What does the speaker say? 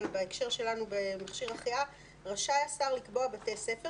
בהקשר שלנו במכשיר החייאה רשאי השר לקבוע בתי ספר